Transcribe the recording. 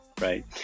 right